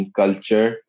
culture